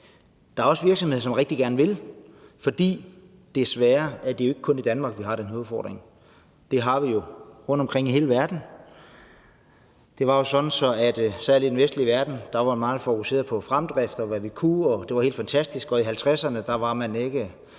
Der er også virksomheder, som rigtig gerne vil, fordi det jo desværre ikke kun er i Danmark, vi har den her udfordring; den har vi jo rundt omkring i hele verden. Det er jo sådan, at vi særlig i den vestlige verden har været meget fokuseret på fremdrift, og hvad vi kunne – det var helt fantastisk – og i 50'erne var man ikke